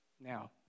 Now